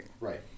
Right